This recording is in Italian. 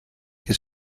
che